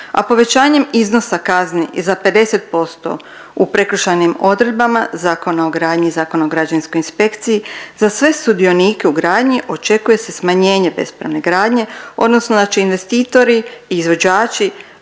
a povećanjem iznosa kazni za 50% u prekršajnim odredbama Zakona o gradnji i Zakona o građevinskoj inspekciji za sve sudionike u gradnji očekuje se smanjenje bespravne gradnje odnosno da će investitori i izvođači